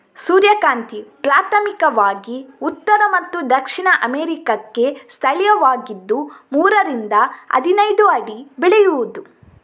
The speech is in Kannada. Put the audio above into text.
ಸೂರ್ಯಕಾಂತಿ ಪ್ರಾಥಮಿಕವಾಗಿ ಉತ್ತರ ಮತ್ತು ದಕ್ಷಿಣ ಅಮೇರಿಕಾಕ್ಕೆ ಸ್ಥಳೀಯವಾಗಿದ್ದು ಮೂರರಿಂದ ಹದಿನೈದು ಅಡಿ ಬೆಳೆಯುವುದು